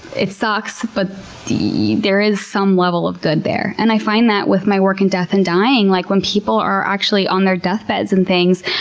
it sucks, but there is some level of good there. and i find that with my work in death and dying, like when people are actually on their death beds and things,